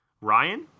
Ryan